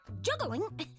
Juggling